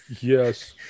Yes